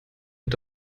und